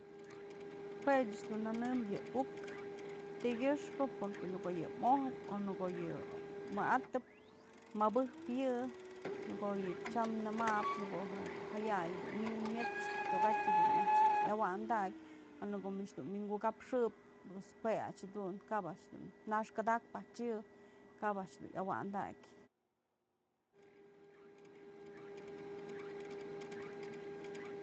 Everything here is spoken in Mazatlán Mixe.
Jue ëch dun nënëm yë uk, ti'i kyëxpë porque në ko'o yë mojëp o në ko'o yë wa'atëp mabëj yë, në ko'o tyam namap në ko'o je jaya'ay myn myët's tokatyë dun a'ax yëwantakyë o në ko'o mich dun wi'inkukapxëp pues jue a'ax jedun, kap a'ax dun naxkadakpë a'ax yë, kab a'ax dun yawantajyë.